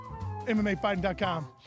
MMAfighting.com